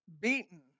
beaten